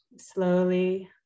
slowly